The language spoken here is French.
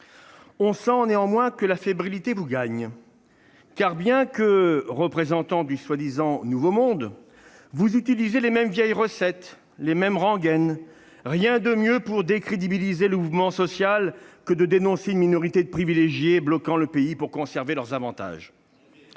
gouvernement, monsieur le secrétaire d'État, car, bien que représentants du prétendu nouveau monde, vous utilisez les mêmes vieilles recettes, les mêmes rengaines ! Rien de mieux pour décrédibiliser le mouvement social que dénoncer une minorité de privilégiés bloquant le pays pour conserver leurs avantages.